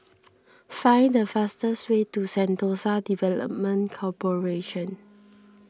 find the fastest way to Sentosa Development Corporation